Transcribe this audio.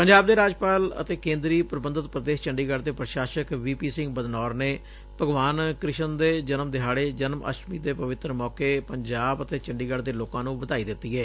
ਪੰਜਾਬ ਦੇ ਰਾਜਪਾਲ ਅਤੇ ਕੇਦਰੀ ਪ੍ਰਬੰਧਤ ਪ੍ਰਦੇਸ਼ ਚੰਡੀਗੜ ਦੇ ਪ੍ਰਸ਼ਾਸਕ ਵੀ ਪੀ ਸਿੰਘ ਬਦਨੌਰ ਨੇ ਭਗਵਾਨ ਕ੍ਰਿਸ਼ਨ ਦੇ ਜਨਮ ਦਿਹਾੜੇ ਜਨਮ ਅਸ਼ਟਮੀ ਦੇ ਪਵਿੱਤਰ ਮੋਕੇ ਪੰਜਾਬ ਅਤੇ ਚੰਡੀਗੜ ਦੇ ਲੋਕਾ ਨੂੰ ਵਧਾਈ ਦਿੱਤੀ ਏ